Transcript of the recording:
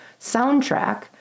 soundtrack